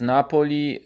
Napoli